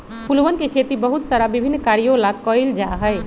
फूलवन के खेती बहुत सारा विभिन्न कार्यों ला कइल जा हई